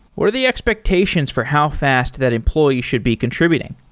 what are the expectations for how fast that employee should be contributing?